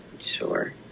sure